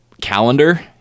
calendar